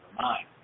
mind